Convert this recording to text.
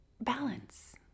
balance